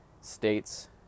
states